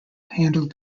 handled